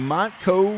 Montco